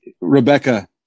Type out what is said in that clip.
Rebecca